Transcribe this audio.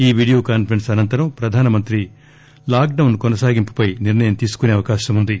ఈ video conference అనంతరం ప్రధానమంత్రి లాక్డౌన్ కొనసాగింపుపై నిర్ణయం తీసుకునే అవకాశం ఉంది